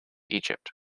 egypt